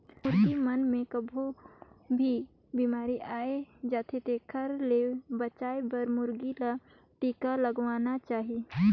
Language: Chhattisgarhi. मुरगी मन मे कभों भी बेमारी आय जाथे तेखर ले बचाये बर मुरगी ल टिका लगवाना चाही